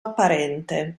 apparente